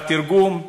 והתרגום: